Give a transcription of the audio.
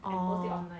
oh